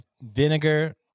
vinegar